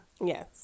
Yes